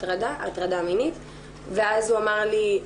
הטרדה מינית ואז הוא אמר לי,